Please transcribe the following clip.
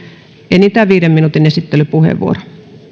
enintään viiden minuutin esittelypuheenvuoro